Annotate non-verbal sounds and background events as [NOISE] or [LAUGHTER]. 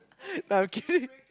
[LAUGHS] no I'm kidding